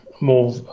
more